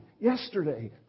yesterday